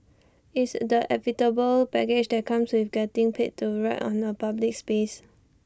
IT is the inevitable baggage that comes with getting paid to write on A public space